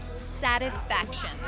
Satisfaction